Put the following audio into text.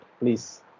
Please